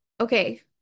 Okay